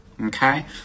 okay